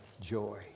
joy